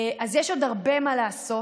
אז יש עוד הרבה מה לעשות.